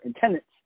tenants